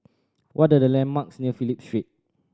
what are the landmarks near Phillip Street